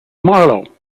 marlow